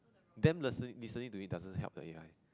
them listening listening to you doesn't help the A_I